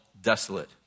desolate